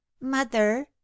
mother